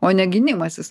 o ne gynimasis